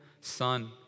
son